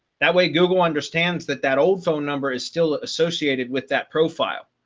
that way google understands that that old phone number is still associated with that profile.